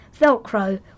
velcro